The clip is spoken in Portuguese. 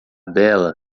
bela